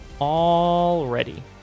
Already